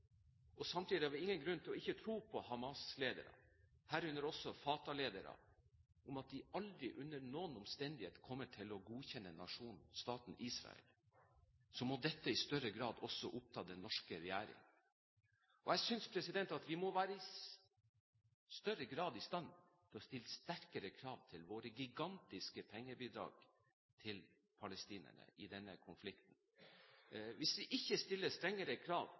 vi har ingen grunn til ikke å tro på Hamas-ledere, herunder også Fatah-ledere – at de aldri under noen omstendighet kommer til å godkjenne staten Israel, må dette i større grad også oppta den norske regjering. Jeg synes vi i større grad må være i stand til å stille sterkere krav i forbindelse med våre gigantiske pengebidrag til palestinerne i denne konflikten. Hvis vi ikke stiller strengere krav